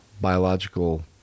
biological